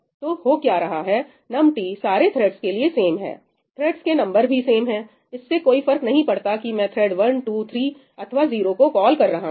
तो हो क्या रहा है नम टी सारे थ्रेडस के लिए सेम है थ्रेडस के नंबर भी सेम है इससे कोई फर्क नहीं पड़ता कि मैं थ्रेड 1 2 3 अथवा 0 को कॉल कर रहा हूं